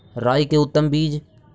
राई के उतम बिज?